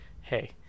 hey